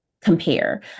compare